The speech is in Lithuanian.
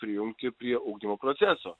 prijungti prie ugdymo proceso